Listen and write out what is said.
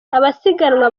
abasiganwa